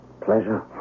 pleasure